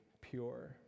pure